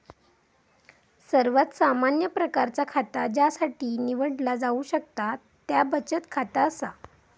सर्वात सामान्य प्रकारचा खाता ज्यासाठी निवडला जाऊ शकता त्या बचत खाता असा